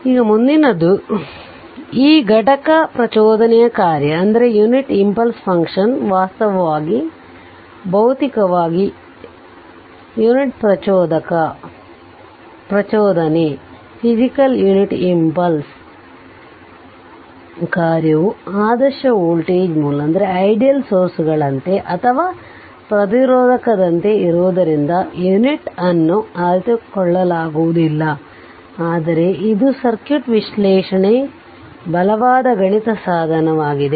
ಈಗ ಮುಂದಿನದು ಆ ಘಟಕ ಪ್ರಚೋದನೆಯ ಕಾರ್ಯ ವಾಸ್ತವವಾಗಿ ಭೌತಿಕವಾಗಿ ಯುನಿಟ್ ಪ್ರಚೋದನೆಯ ಕಾರ್ಯವು ಆದರ್ಶ ವೋಲ್ಲ್ಟೇಜ್ ಮೂಲಗಳಂತೆ ಅಥವಾ ಪ್ರತಿರೋಧಕದಂತೆ ಇರುವುದರಿಂದ ಯುನಿಟ್ ಅನ್ನು ಅರಿತುಕೊಳ್ಳಲಾಗುವುದಿಲ್ಲ ಆದರೆ ಇದು ಸರ್ಕ್ಯೂಟ್ ವಿಶ್ಲೇಷಣೆಗೆ ಬಲವಾದ ಗಣಿತ ಸಾಧನವಾಗಿದೆ